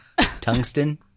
Tungsten